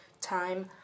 time